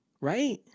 right